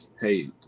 Hey